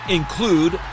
include